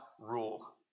rule